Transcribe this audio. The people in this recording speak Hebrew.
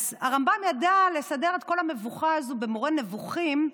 אז הרמב"ם ידע לסדר את כל המבוכה הזאת במורה נבוכים.